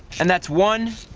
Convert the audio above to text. and that's one,